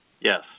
Yes